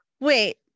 Wait